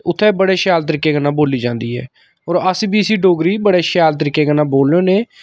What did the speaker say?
उत्थै बड़े शैल तरीके कन्नै बोल्ली जांदी ऐ होर अस बी इसी डोगरी गी बड़े शैल तरीके कन्नै बोलने होन्ने